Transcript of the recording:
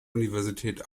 universität